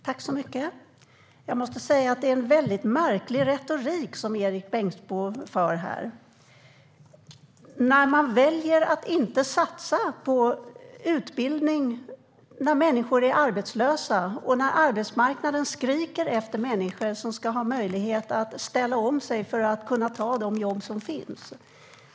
Herr talman! Jag måste säga att det är en väldigt märklig retorik som Erik Bengtzboe för. Man väljer att inte satsa på utbildning när människor är arbetslösa och när arbetsmarknaden skriker efter människor som ska ha möjlighet att ställa om sig för att kunna ta de jobb som finns.